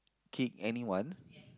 kick anyone